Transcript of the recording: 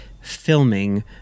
filming